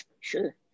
Sure